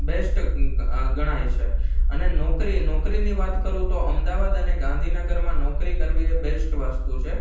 best ગણાય છે અને નોકરી નોકરીની વાત કરું તો અમદાવાદ અને ગાંધીનગરમાં નોકરી કરવી એ બેસ્ટ વસ્તુ છે